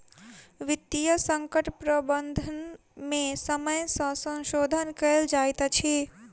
वित्तीय संकट प्रबंधन में समय सॅ संशोधन कयल जाइत अछि